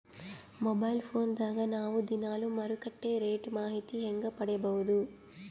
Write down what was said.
Mobile phone ದಾಗ ನಾವು ದಿನಾಲು ಮಾರುಕಟ್ಟೆ ರೇಟ್ ಮಾಹಿತಿ ಹೆಂಗ ಪಡಿಬಹುದು?